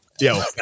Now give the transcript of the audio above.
Yo